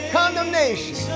condemnation